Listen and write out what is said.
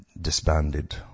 disbanded